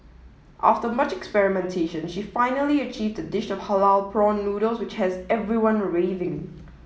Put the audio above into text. after much experimentation she finally achieved a dish of halal prawn noodles which has everyone raving